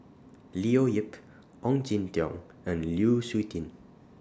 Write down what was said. Leo Yip Ong Jin Teong and Lu Suitin